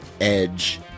Edge